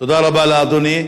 תודה רבה לאדוני.